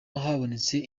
habonetse